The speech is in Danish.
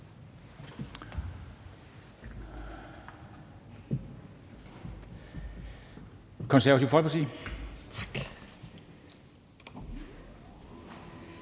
Konservative Folkeparti. Kl.